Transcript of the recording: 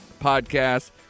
podcast